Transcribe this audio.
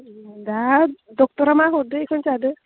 दा ड'क्टरा मा हरदो एखोनो जादो